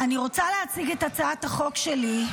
אני רוצה להציג את הצעת החוק שלי,